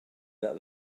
that